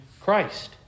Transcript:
Christ